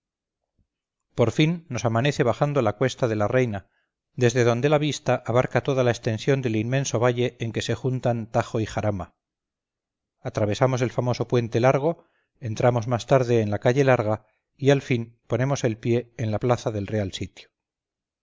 por fin nos amanece bajando la cuesta de la reina desde donde la vista abarca toda la extensión del inmenso valle en que se juntan tajo y jarama atravesamos el famoso puente largo entramos más tarde en la calle larga y al fin ponemos el pie en la plaza del real sitio